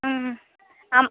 আমি